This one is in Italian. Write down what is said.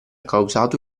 causato